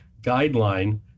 guideline